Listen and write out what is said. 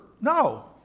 No